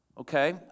Okay